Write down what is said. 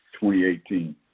2018